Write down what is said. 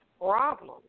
problem